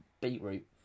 beetroot